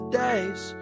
days